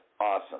awesome